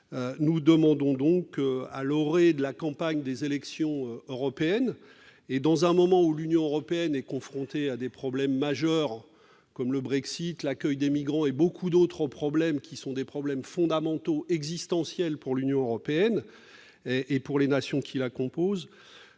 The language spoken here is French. C'est pourquoi, à l'orée de la campagne des élections européennes et dans un moment où l'Union européenne est confrontée à des problèmes majeurs comme le Brexit, l'accueil des migrants et bien d'autres problèmes qui sont fondamentaux et existentiels pour l'Union européenne et pour les nations qui la composent,